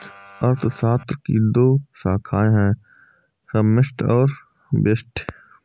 अर्थशास्त्र की दो शाखाए है समष्टि और व्यष्टि